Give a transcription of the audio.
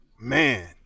man